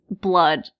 blood